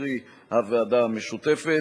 קרי הוועדה המשותפת,